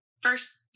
First